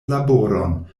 laboron